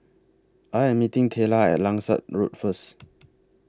I Am meeting Tayla At Langsat Road First